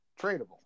tradable